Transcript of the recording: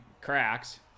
cracks